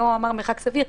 והיושב-ראש אמר מרחק סביר.